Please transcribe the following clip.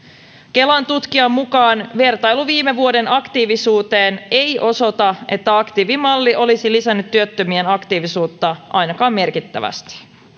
kelan tutkijan mukaan vertailu viime vuoden aktiivisuuteen ei osoita että aktiivimalli olisi lisännyt työttömien aktiivisuutta ainakaan merkittävästi